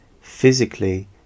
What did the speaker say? physically